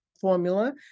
formula